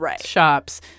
shops